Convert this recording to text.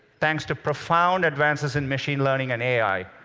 thanks to profound advances in machine learning and ai,